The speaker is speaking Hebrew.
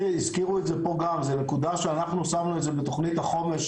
והזכירו את זה פה גם זה נקודה שאנחנו שמנו את זה בתוכנית החומש,